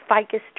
ficus